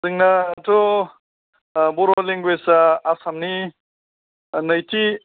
जोंनाथ' बर' लेंगुवेजआ आसामनि नैथि